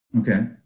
Okay